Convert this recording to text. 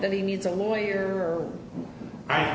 that he needs a lawyer